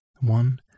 One